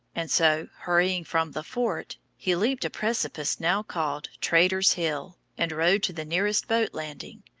and so, hurrying from the fort, he leaped a precipice now called traitor's hill, and rode to the nearest boat landing.